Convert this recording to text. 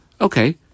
Okay